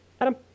adam